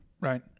Right